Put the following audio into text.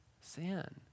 sin